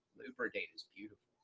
looper date is beautiful.